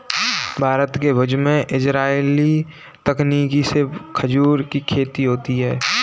भारत के भुज में इजराइली तकनीक से खजूर की खेती होती है